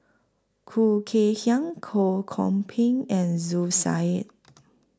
Khoo Kay Hian Ho Kwon Ping and Zu Said